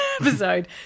episode